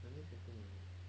only fifteen minutes